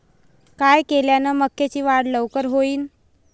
काय केल्यान मक्याची वाढ लवकर होईन?